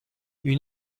une